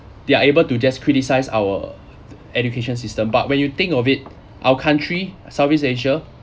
they are able to just criticise our education system but when you think of it our country south east asia